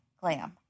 glam